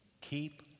Keep